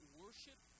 worship